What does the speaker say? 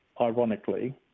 ironically